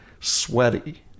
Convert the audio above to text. sweaty